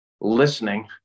listening